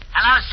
Hello